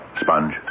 Sponge